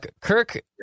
Kirk